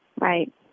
Right